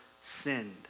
sinned